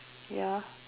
ya